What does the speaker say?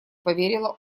поверила